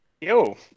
yo